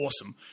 awesome